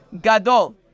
Gadol